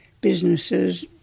Businesses